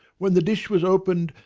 when the dish was opened,